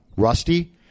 Rusty